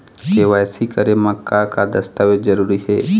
KYC करे म का का दस्तावेज जरूरी हे?